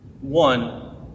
One